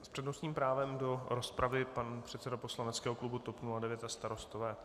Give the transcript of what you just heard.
S přednostním právem do rozpravy pan předseda poslaneckého klubu TOP 09 a Starostové.